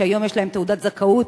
שהיום יש להם תעודת זכאות